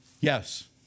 Yes